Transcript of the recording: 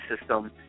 system